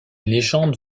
légende